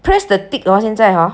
press the tick hor 现在 hor